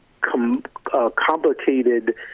complicated